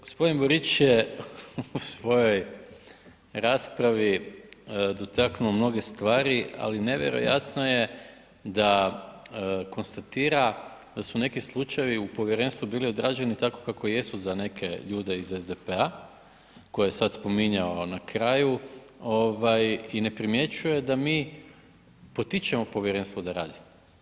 Gospodin Borić je u svojoj raspravi dotaknuo mnoge stvari, ali nevjerojatno je da konstatira da su neki slučajevi u povjerenstvu bili odrađeni tako kako jesu za neke ljude iz SDP-a koje sada spominjao na kraju i ne primjećuje da mi potičemo povjerenstvo da radi.